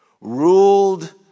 Ruled